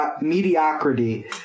mediocrity